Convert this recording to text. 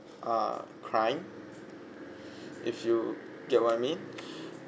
ah crime if you get what I mean